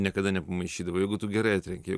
niekada nepamaišydavo jeigu tu gerai atrenki